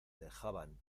dejaban